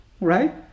Right